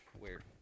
Weird